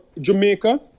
Jamaica